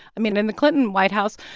i mean, in the clinton white house,